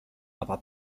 aber